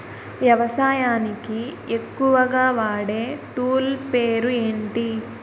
వ్యవసాయానికి ఎక్కువుగా వాడే టూల్ పేరు ఏంటి?